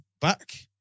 back